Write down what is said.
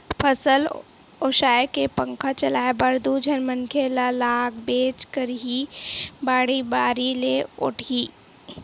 फसल ओसाए के पंखा चलाए बर दू झन मनखे तो लागबेच करही, बाड़ी बारी ले ओटही